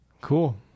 Cool